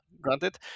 granted